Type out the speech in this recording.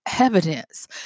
evidence